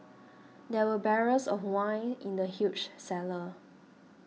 there were barrels of wine in the huge cellar